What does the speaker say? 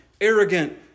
arrogant